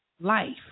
life